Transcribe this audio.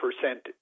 percentage